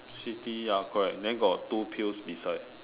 city ya correct then got two pills beside